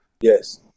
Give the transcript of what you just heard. Yes